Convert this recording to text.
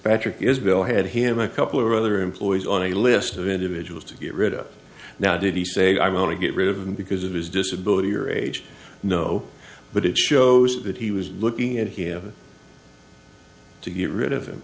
patrick is bill had him a couple of other employees on a list of individuals to get rid of now did he say i want to get rid of him because of his disability or age no but it shows that he was looking at him to get rid of him